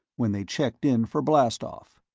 when they checked in for blastoff.